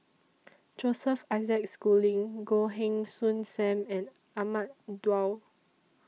Joseph Isaac Schooling Goh Heng Soon SAM and Ahmad Daud